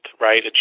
right